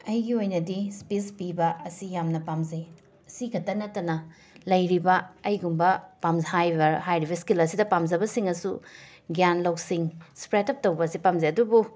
ꯑꯩꯒꯤ ꯑꯣꯏꯅꯗꯤ ꯁ꯭ꯄꯤꯁ ꯄꯤꯕ ꯑꯁꯤ ꯌꯥꯝꯅ ꯄꯥꯝꯖꯩ ꯁꯤꯈꯛꯇ ꯅꯠꯇꯅ ꯂꯩꯔꯤꯕ ꯑꯩꯒꯨꯝꯕ ꯄꯥꯝ ꯍꯥꯏꯕ ꯍꯥꯏꯔꯤꯕ ꯁ꯭ꯀꯤꯜ ꯑꯁꯤꯗ ꯄꯥꯝꯖꯕꯁꯤꯡꯅꯁꯨ ꯒ꯭ꯌꯥꯟ ꯂꯧꯁꯤꯡ ꯁ꯭ꯄ꯭ꯔꯦꯠ ꯑꯞ ꯇꯧꯕꯁꯤ ꯄꯥꯝꯖꯩ ꯑꯗꯨꯕꯨ